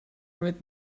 with